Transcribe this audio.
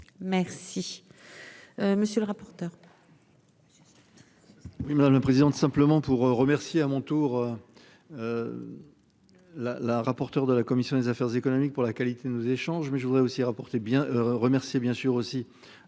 Merci. Monsieur le rapporteur.